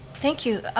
thank you,